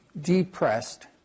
depressed